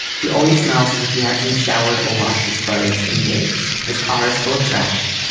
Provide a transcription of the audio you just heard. he always smells as if he hasn't showered or washed his clothes in days. his car is full of trash.